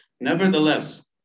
Nevertheless